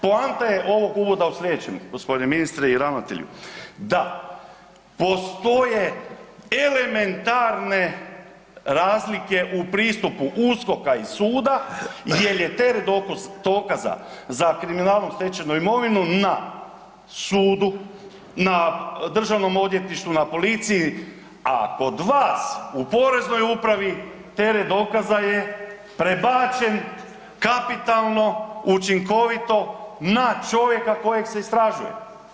Poanta je ovog uvoda u slijedećem, gospodine i ravnatelju da postoje elementarne razlike u pristupu USKOK-a i suda jer je teret dokaza za kriminalom stečenu imovinu na sudu, na državnom odvjetništvu, na policiji, a kod vas u Poreznoj upravi teret dokaza je prebačen kapitalno, učinkovito na čovjeka kojeg se istražuje.